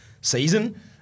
season